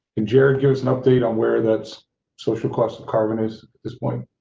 and jared gives an update on where that's social clubs carbon is at this point.